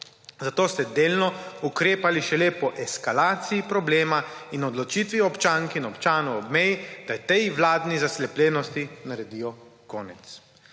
Zato ste delno ukrepali šele po eskalaciji problema in odločitvi občank in občanov ob meji, da tej vladni zaslepljenosti naredijo konec.